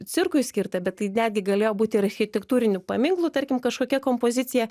cirkui skirta bet tai netgi galėjo būti architektūrinių paminklų tarkim kažkokia kompozicija